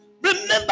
Remember